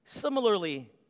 Similarly